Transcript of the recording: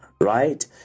Right